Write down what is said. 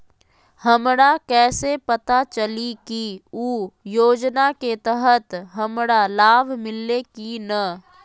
हमरा कैसे पता चली की उ योजना के तहत हमरा लाभ मिल्ले की न?